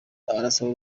arasaba